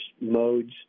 modes